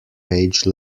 page